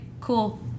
cool